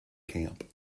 camp